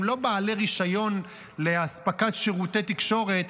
לא בעלי רישיון לאספקת שירותי תקשורת,